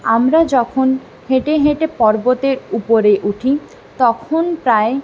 আমরা যখন হেঁটে হেঁটে পর্বতের উপরে উঠি তখন প্রায়